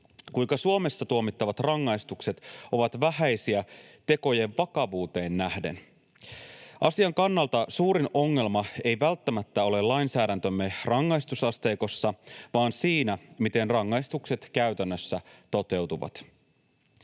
kuinka Suomessa tuomittavat rangaistukset ovat vähäisiä tekojen vakavuuteen nähden. Asian kannalta suurin ongelma ei välttämättä ole lainsäädäntömme rangaistusasteikossa, vaan siinä, miten rangaistukset käytännössä toteutuvat.